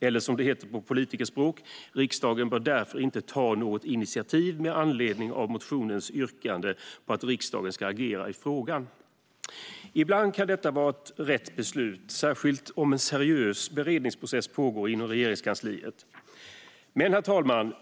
Eller som det heter på politikerspråk: Riksdagen bör därför inte ta något initiativ med anledning av motionens yrkande om att riksdagen ska agera i frågan. Ibland kan detta vara rätt beslut, särskilt om en seriös beredningsprocess pågår inom Regeringskansliet. Herr talman!